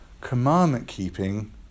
commandment-keeping